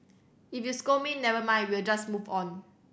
if you scold me never mind we'll just move on